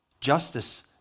Justice